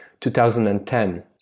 2010